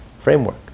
framework